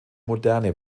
moderne